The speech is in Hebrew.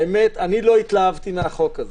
האמת, אני לא התלהבתי מהחוק הזה,